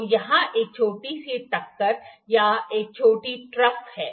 तो यहाँ एक छोटी सी टक्कर या कुछ छोटी ट्रफ है